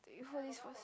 you hold this first